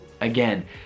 Again